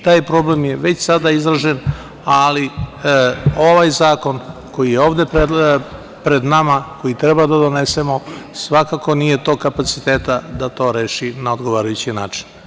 Taj problem je već sada izražen, ali ovaj zakon koji je ovde pred nama, koji treba da donesemo, svakako nije tog kapaciteta da to reši na odgovarajući način.